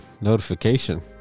notification